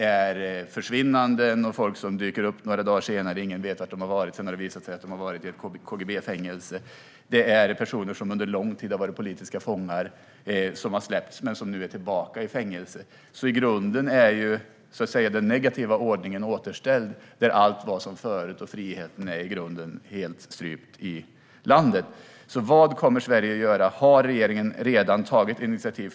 Folk försvinner och dyker upp några dagar senare. Ingen vet var de har varit, och sedan visar det sig att de har varit i ett KGB-fängelse. Personer som under lång tid har varit politiska fångar och som har släppts är nu tillbaka i fängelse. I grunden är den negativa ordningen återställd. Allt är som det var förut, och friheten är i grunden helt strypt i landet. Vad kommer alltså Sverige att göra? Har regeringen redan tagit initiativ?